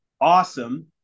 awesome